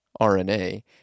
RNA